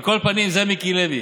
על כל פנים זה מיקי לוי.